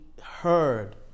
heard